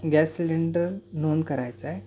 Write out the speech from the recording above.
gas cylinder नोंद करायचा आहे